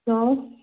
hello